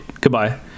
goodbye